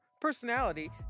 personality